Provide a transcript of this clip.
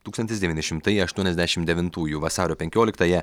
tūkstantis devyni šimtai aštuoniasdešimt devintųjų vasario penkioliktąją